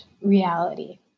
reality